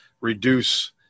reduce